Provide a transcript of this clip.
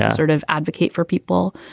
ah sort of advocate for people.